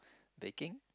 baking